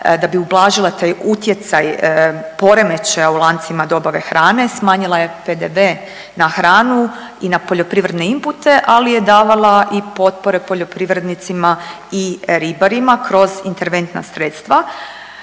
da bi ublažila taj utjecaj poremećaja u lancima dobave hrane, smanjila je PDV na hranu i na poljoprivredne inpute, ali je davala i potpore poljoprivrednicima i ribarima kroz interventna sredstva.